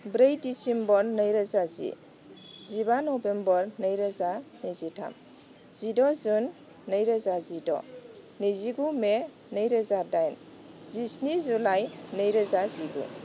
ब्रै डिसिम्बर नैरोजा जि जिबा नभेम्बर नैरोजा नैजिथाम जिद' जुन नैरोजा जिद' नैजिगु मे नैरोजा दाइन जिस्नि जुलाइ नैरोजा जिगु